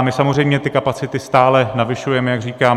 My samozřejmě ty kapacity stále navyšujeme, jak říkám.